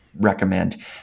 recommend